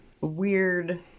weird